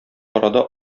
арада